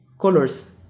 colors